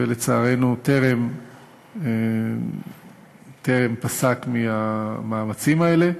ולצערנו, טרם פסק מהמאמצים האלה.